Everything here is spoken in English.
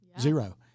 zero